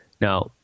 Now